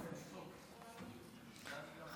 יואב סגלוביץ' אינו נוכח,